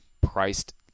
priced